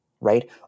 right